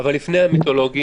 אבל לפני המיתולוגי,